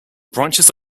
branches